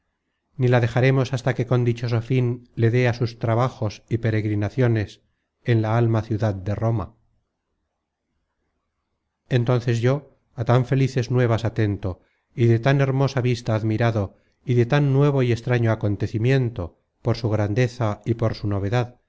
ni la dejaremos hasta que con dichoso fin le dé á sus trabajos y peregrinaciones en la alma ciudad de roma entonces yo á tan felices nuevas atento y de tan hermosa vista admirado y de tan nuevo y extraño acontecimiento por su grandeza y por su novedad